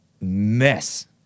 mess